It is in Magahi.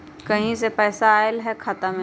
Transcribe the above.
कहीं से पैसा आएल हैं खाता में?